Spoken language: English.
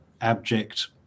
abject